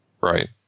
Right